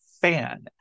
fan